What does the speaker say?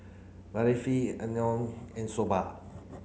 and Soba